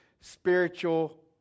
spiritual